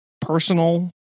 personal